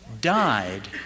died